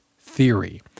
theory